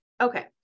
Okay